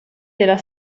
della